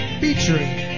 featuring